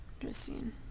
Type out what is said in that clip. Interesting